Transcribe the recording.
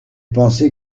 pensé